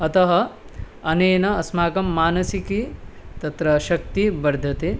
अतः अनेन अस्माकं मानसिकी तत्र शक्तिः वर्धते